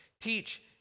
teach